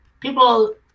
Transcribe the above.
people